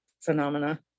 phenomena